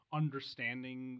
understanding